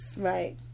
right